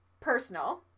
personal